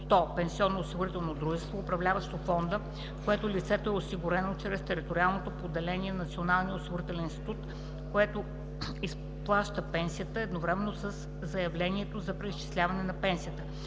пенсионноосигурително дружество, управляващо фонда, в който лицето е осигурено, чрез териториалното поделение на Националния осигурителен институт, което изплаща пенсията, едновременно със заявлението за преизчисляване на пенсията.